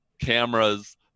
cameras